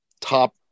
top